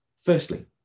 Firstly